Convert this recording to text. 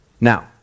Now